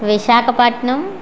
Visakhapatnam